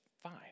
fine